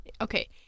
Okay